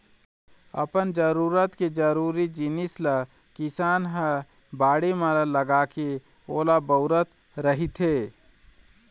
अपन जरूरत के जरुरी जिनिस ल किसान ह बाड़ी म लगाके ओला बउरत रहिथे